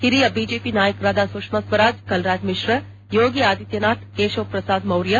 ಹಿರಿಯ ಬಿಜೆಪಿ ನಾಯಕರಾದ ಸುಷ್ನಾ ಸ್ವರಾಜ್ ಕಲ್ರಾಜ್ ಮಿಶ್ರಾ ಯೋಗಿ ಆದಿತ್ಲನಾಥ್ ಕೇಶವ್ ಶ್ರಸಾದ ಮೌರ್ಲ